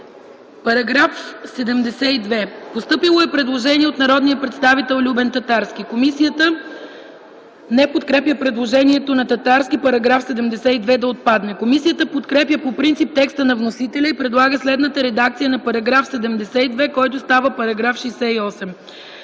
По § 72 е постъпило предложение от народния представител Любен Татарски. Комисията не подкрепя предложението на Татарски –§ 72 да отпадне. Комисията подкрепя по принцип текста на вносителя и предлага следната редакция на § 72, който става § 68: „§ 68.